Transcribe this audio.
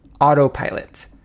autopilot